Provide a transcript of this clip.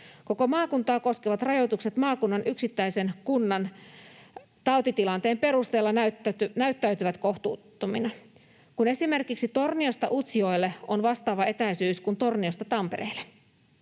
Koko maakuntaa koskevat rajoitukset maakunnan yksittäisen kunnan tautitilanteen perusteella näyttäytyvät kohtuuttomina, kun esimerkiksi Torniosta Utsjoelle on vastaava etäisyys kuin Torniosta Tampereelle.